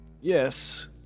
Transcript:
Yes